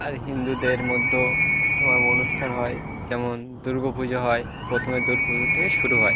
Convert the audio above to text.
আর হিন্দুদের মধ্যেও তোমার অনুষ্ঠান হয় যেমন দুর্গা পুজো হয় প্রথমে দুর্গা পুজো থেকে শুরু হয়